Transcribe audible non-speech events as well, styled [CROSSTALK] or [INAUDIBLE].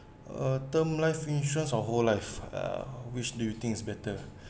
uh term life insurance or whole life [BREATH] uh which do you think is better